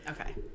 Okay